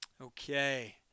okay